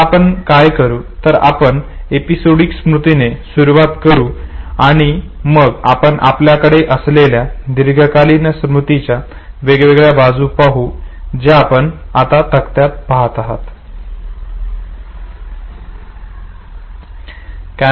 आता आपण काय करू तर आपण एपिसोडिक स्मृतीने सुरवात करू आणि मग आपण आपल्याकडे असलेल्या दीर्घकालीन स्मृतीच्या वेगवेगळ्या बाजू पाहू ज्या आपण आत्ता तक्त्यात पाहत आहोत